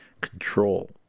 control